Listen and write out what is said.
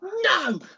no